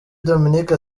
dominique